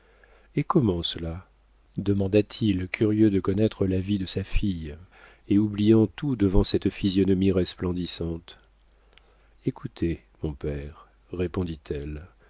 et comment cela demanda-t-il curieux de connaître la vie de sa fille et oubliant tout devant cette physionomie resplendissante écoutez mon père